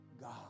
God